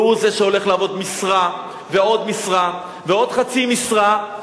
והוא זה שהולך לעבוד משרה ועוד משרה ועוד חצי משרה.